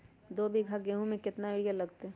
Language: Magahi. दो बीघा गेंहू में केतना यूरिया लगतै?